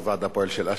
הוועד הפועל של אש"ף,